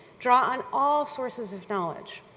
draw on all sources of knowledge.